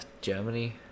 Germany